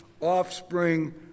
offspring